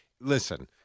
Listen